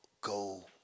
go